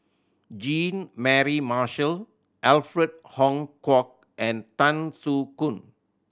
Jean Mary Marshall Alfred Hong Kwok and Tan Soo Khoon